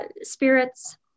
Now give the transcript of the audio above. spirits